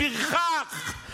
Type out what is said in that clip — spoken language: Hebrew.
פרחח,